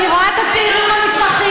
אני רואה את הצעירים המתמחים,